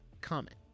comment